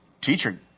teacher